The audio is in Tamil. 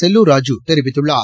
செல்லூர் ராஜூ தெரிவித்துள்ளார்